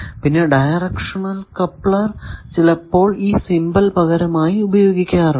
പിന്നെ directional coupler ചിലപ്പോൾ ഈ സിംബൽ പകരമായി ഉപയോഗിക്കാറുണ്ട്